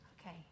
Okay